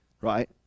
right